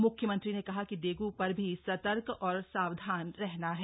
मुख्यमंत्री ने कहा कि डेंगू पर भी सतर्क और सावधान रहना है